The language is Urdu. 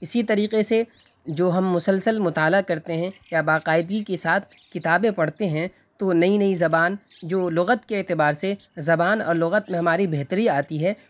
اسی طریقے سے جو ہم مسلسل مطالعہ کرتے ہیں یا باقاعدگی کے ساتھ کتابیں پڑھتے ہیں تو وہ نئی نئی زبان جو لغت کے اعتبار سے زبان اور لغت میں ہماری بہتری آتی ہے